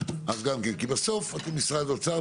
כי בסוף אתם משרד אוצר,